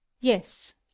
Yes